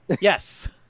Yes